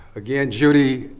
again, judy,